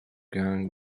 gun